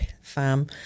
farm